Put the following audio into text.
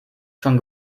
schon